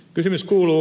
kysymys kuuluu